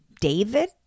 David